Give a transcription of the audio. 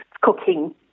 Cooking